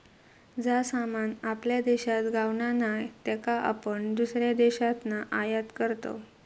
जा सामान आपल्या देशात गावणा नाय त्याका आपण दुसऱ्या देशातना आयात करतव